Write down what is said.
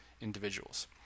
individuals